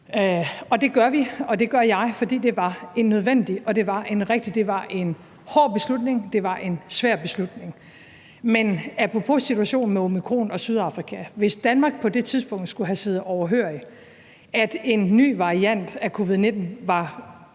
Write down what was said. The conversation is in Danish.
Og det gør vi, og det gør jeg, fordi det var en nødvendig og det var en rigtig beslutning – det var en hård beslutning, det var en svær beslutning. Men, apropos situationen med omikron og Sydafrika, hvis Danmark på det tidspunkt skulle have siddet overhørigt, at en ny variant af covid-19 var